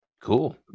Cool